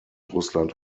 russland